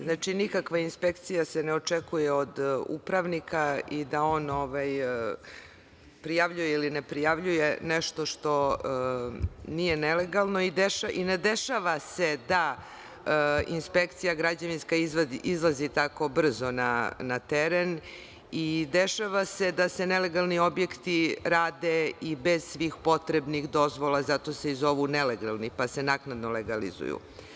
Znači, nikakva inspekcija se ne očekuje od upravnika i da on prijavljuje ili ne prijavljuje nešto što nije nelegalno i ne dešava se da građevinska inspekcija izlazi tako brzo na teren i dešava se da se nelegalni objekti rade i bez svih potrebnih dozvola, pa se zato i zovu nelegalni, pa se naknadno legalizuju.